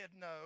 no